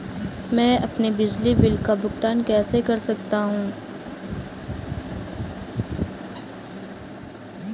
मैं अपने बिजली बिल का भुगतान कैसे कर सकता हूँ?